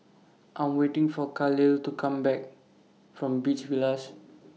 I'm waiting For Khalil to Come Back from Beach Villas